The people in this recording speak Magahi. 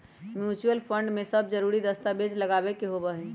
म्यूचुअल फंड में सब जरूरी दस्तावेज लगावे के होबा हई